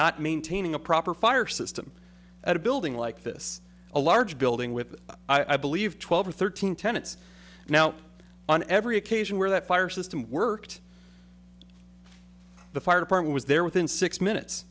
not maintaining a proper fire system at a building like this a large building with i believe twelve or thirteen tenants now on every occasion where that fire system worked the fire department was there within six minutes